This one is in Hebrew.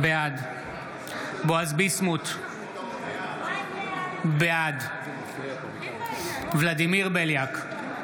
בעד בועז ביסמוט, בעד ולדימיר בליאק,